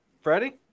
freddie